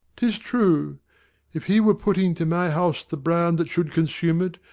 tis true if he were putting to my house the brand that should consume it,